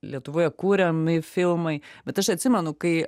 lietuvoje kuriami filmai bet aš atsimenu kai